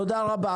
תודה רבה.